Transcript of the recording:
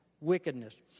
wickedness